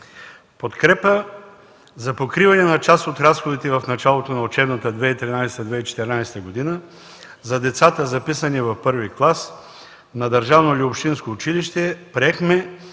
подкрепа за покриване на част от разходите в началото на учебната 2013-2014 г. за децата, записани в първи клас на държавно или общинско училище, приехме